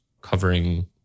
covering